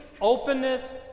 openness